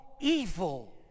evil